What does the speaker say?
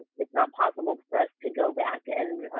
it's not possible for us to go back and